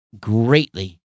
greatly